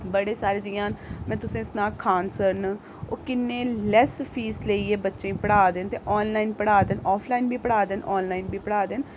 बड़े सारे जि'यां में तुसें ई सनांऽ खान सर न ओह् किन्ने लैस्स फीस लेइयै बच्चें ई पढ़ा दे न ते आनलाइन पढ़ा दे न आफलाइन बी पढ़ा दे न आनलाइन बी पढ़ा दे न